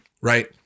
Right